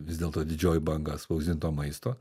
vis dėlto didžioji banga spausdinto maisto